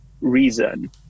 reason